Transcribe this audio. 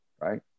right